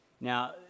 Now